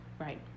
Right